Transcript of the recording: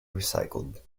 recycled